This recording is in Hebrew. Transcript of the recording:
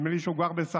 נדמה לי שהוא גר בסח'נין.